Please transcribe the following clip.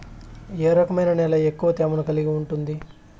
ఏ రకమైన నేల ఎక్కువ తేమను కలిగి ఉంటుంది?